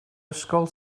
ysgol